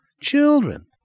children